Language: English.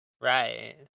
right